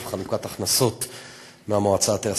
הוועדה צפויה לסיים עבודתה בקרוב,